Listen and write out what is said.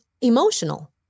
emotional